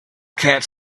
cat